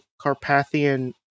Carpathian